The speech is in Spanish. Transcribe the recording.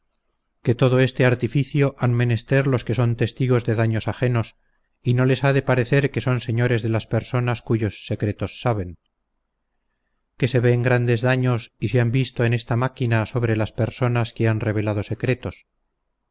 que todo este artificio han menester los que son testigos de daños ajenos y no les ha de parecer que son señores de las personas cuyos secretos saben que se ven grandes daños y se han visto en esta máquina sobre las personas que han revelado secretos